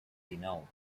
dinou